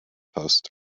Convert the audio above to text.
post